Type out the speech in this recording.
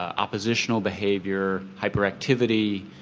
oppositional behaviour, hyperactivity,